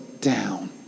Down